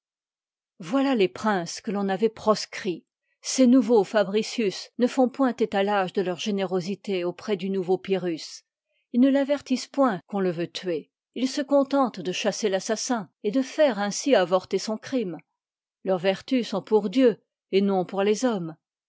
voilà les princes que l'on avoit proscrits ces nouveaux fabricius ne font point étalage de leur générosité auprès du nouveau pyrrhus ils ne l'avertissent point qu'on le veut tuer ils se contentent de chasser tassassin et de faire ainsi avorter son crime leurs vertus sont pour dieu et non pour les hommes